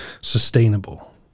sustainable